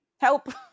Help